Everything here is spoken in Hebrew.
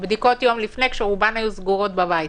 בדיקות יום לפני, כשכולן היו ממילא סגורות בבית?